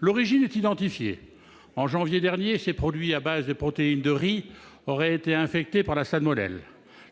L'origine en est identifiée : en janvier dernier, ces produits à base de protéines de riz auraient été infectés par la salmonelle.